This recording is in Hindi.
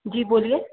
जी बोलिए